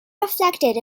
reflected